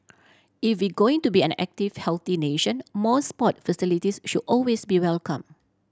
if we going to be an active healthy nation more sport facilities should always be welcome